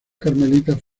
carmelitas